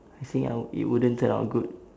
I think I would it wouldn't turn out good